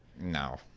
no